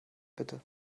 bitte